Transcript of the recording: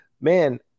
man